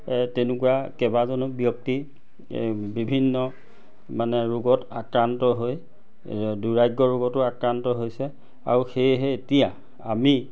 তেনেকুৱা কেবাজন ব্যক্তি বিভিন্ন মানে ৰোগত আক্ৰান্ত হৈ দোৰাগ্য় ৰোগতো আক্ৰান্ত হৈছে আৰু সেয়েহে এতিয়া আমি